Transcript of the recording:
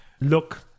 look